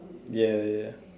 ya ya